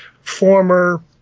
former